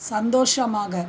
சந்தோஷமாக